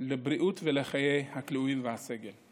לבריאות הכלואים והסגל ולחייהם.